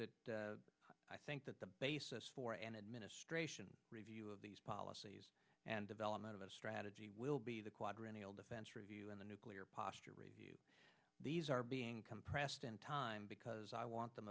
that i think that the basis for an administration review of these policies and development of a strategy will be the quadrennial defense review and the nuclear posture review these are being compressed in time because i want them